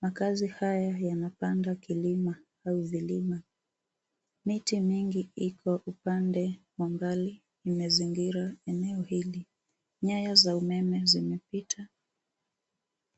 Makazi haya yanapanda kilima au vilima. Miti mingi iko upande wa mbali imezingira eneo hili. Nyaya za umeme zimepita.